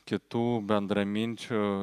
kitų bendraminčių